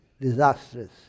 disastrous